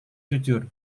jujur